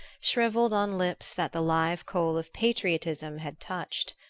shrivelled on lips that the live coal of patriotism had touched.